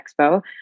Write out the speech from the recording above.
Expo